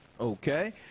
Okay